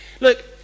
Look